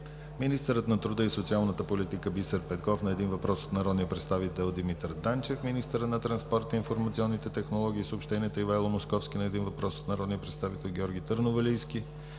министърът на труда и социалната политика Бисер Петков – на един въпрос от народния представител Димитър Данчев; - министърът на транспорта, информационните технологии и съобщенията Ивайло Московски – на един въпрос от народния представител Георги Търновалийски;